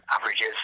averages